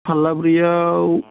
फाल्लाब्रैआव